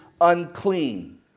unclean